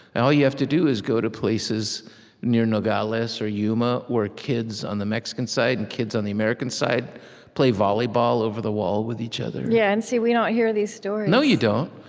and all you have to do is go to places near nogales or yuma, where kids on the mexican side and kids on the american side play volleyball over the wall with each other yeah, and see, we don't hear these stories no, you don't.